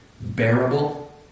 bearable